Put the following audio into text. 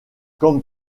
comme